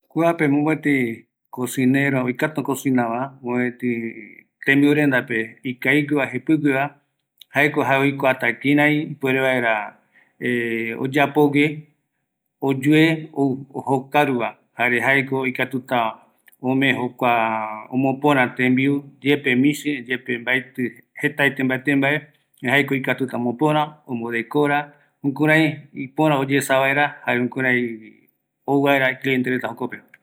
﻿Kuape mopeti cosinera oikatu ocosinava, mopeti tembiurendape ikavigueva jepigueva jaeko jae oikuata kirai ipuere vaera oyapogue oyue ou okaruva jare jaeko oikatuta ome jare omopöra tembiu yepe misi, yepe mbaeti jeta ete mbate mbae erei jaeko oikatuta omopöra, ombodekora jukurai ipöra oyesa vaera, jare jukurai ouvaera cliente reta jokope